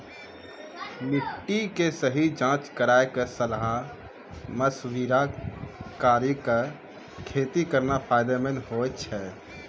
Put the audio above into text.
मिट्टी के सही जांच कराय क सलाह मशविरा कारी कॅ खेती करना फायदेमंद होय छै